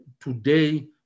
today